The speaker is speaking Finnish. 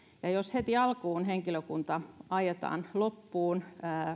ja jos heti alkuun henkilökunta ajetaan loppuun